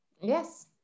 Yes